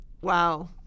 wow